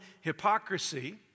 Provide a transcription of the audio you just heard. hypocrisy